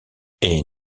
est